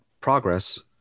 progress